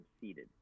seated